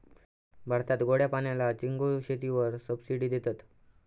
भारतात गोड्या पाण्यातल्या चिंगूळ शेतीवर सबसिडी देतत